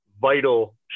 vital